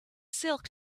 silk